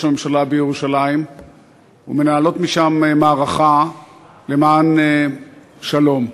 הממשלה בירושלים ומנהלות משם מערכה למען שלום.